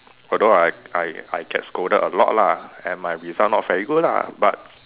although I I I get scolded a lot lah and my result not very good lah but